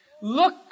Look